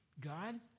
God